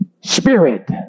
spirit